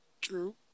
true